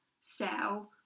sell